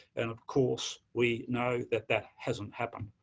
and of course we know that that hasn't happened.